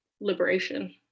liberation